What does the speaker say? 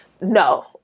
No